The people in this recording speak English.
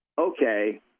okay